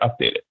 updated